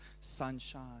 sunshine